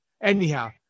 Anyhow